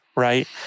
Right